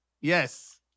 yes